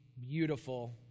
beautiful